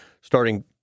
starting